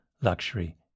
luxury